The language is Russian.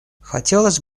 хотелось